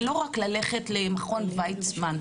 ולא רק ללכת למכון וייצמן,